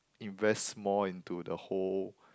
invest more into the whole